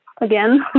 again